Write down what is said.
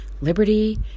liberty